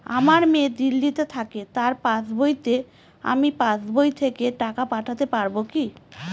আমার মেয়ে দিল্লীতে থাকে তার পাসবইতে আমি পাসবই থেকে টাকা পাঠাতে পারব কি?